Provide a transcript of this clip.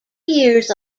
years